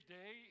day